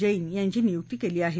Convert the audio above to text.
जैन यांची नियुक्ती केली आहे